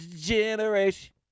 generation